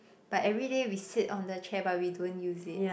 but everyday we sit on the chair but we don't use it